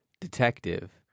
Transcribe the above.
detective